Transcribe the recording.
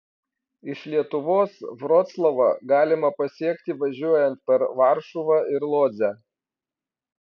iš lietuvos vroclavą galima pasiekti važiuojant per varšuvą ir lodzę